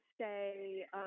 say